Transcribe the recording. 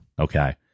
Okay